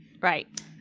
Right